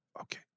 okay